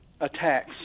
attacks